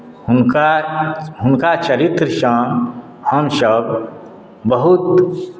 हुनका हुनका चरित्रसँ हमसभ बहुत